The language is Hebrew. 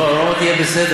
לא, לא אמרתי יהיה בסדר.